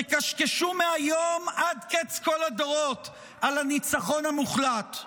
תקשקשו מהיום עד קץ כל הדורות על הניצחון המוחלט.